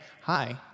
Hi